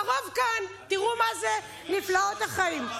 הרוב כאן, תראו מה זה נפלאות החיים.